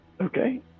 Okay